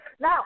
Now